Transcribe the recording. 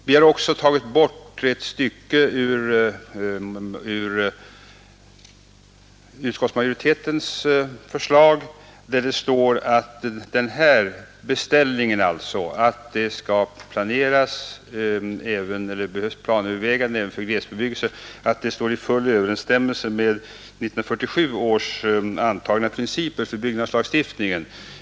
Vi har också velat ta bort ett stycke ur utskottsmajoritetens skrivning, där det heter att den här beställningen — alltså att det behövs planöverväganden även för glesbebyggelse — står i full överensstämmelse med år 1947 antagna principer för byggnadslagstiftningen.